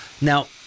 Now